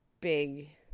big